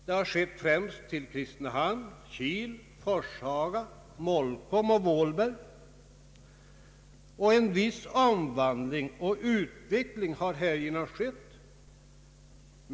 Det har skett främst till Kristinehamn, Kil, Forshaga, Molkom och Vålberg, och en viss omvandling och utveckling har härigenom skett.